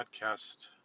podcast